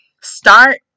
Start